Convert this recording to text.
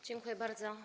Dziękuję bardzo.